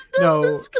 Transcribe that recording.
no